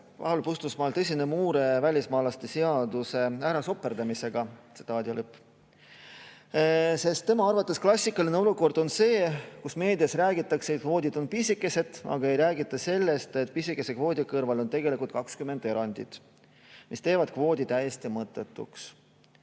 Paul Puustusmaal on "tõsine mure välismaalaste seaduse ärasoperdamisega" – [protokolli]tsitaadi lõpp. Tema arvates klassikaline olukord on see, kus meedias räägitakse, et kvoodid on pisikesed, aga ei räägita sellest, et pisikese kvoodi kõrval on tegelikult 20 erandit, mis teevad kvoodi täiesti mõttetuks.